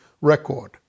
record